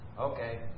okay